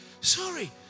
Sorry